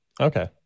Okay